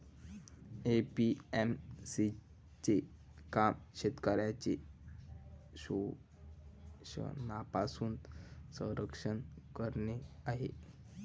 APMC चे काम शेतकऱ्यांचे शोषणापासून संरक्षण करणे आहे